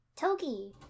Toki